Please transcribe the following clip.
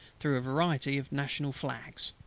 through a variety of national flags.